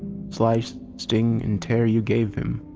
slice, sting and tear you gave him.